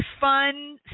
fun